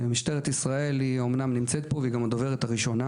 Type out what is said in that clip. אומנם משטרת ישראל נמצאת פה והיא גם הדוברת הראשונה,